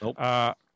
Nope